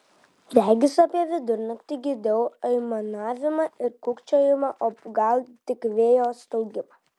regis apie vidurnaktį girdėjau aimanavimą ir kūkčiojimą o gal tik vėjo staugimą